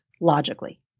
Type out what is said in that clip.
logically